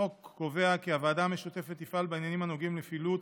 החוק קובע כי הוועדה המשותפת תפעל בעניינים הנוגעים לפעילות